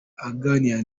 aganira